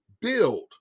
build